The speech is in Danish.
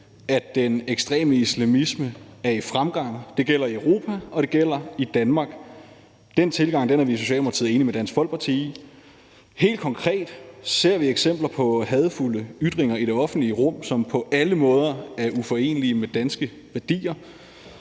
at den ekstreme islamisme er i fremgang. Det gælder i Europa, og det gælder i Danmark. Den tilgang er vi i Socialdemokratiet enige med Dansk Folkeparti i. Helt konkret ser vi eksempler på hadefulde ytringer i det offentlige rum, som på alle måder er uforenelige med danske værdier: